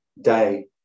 day